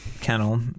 kennel